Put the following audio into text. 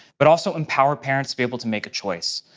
but also empower parents be able to make a choice.